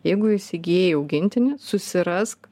jeigu įsigijai augintinį susirask